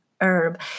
herb